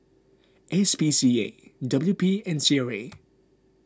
S P C A W P and C R A